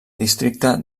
districte